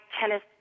tennis